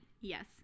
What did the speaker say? yes